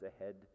ahead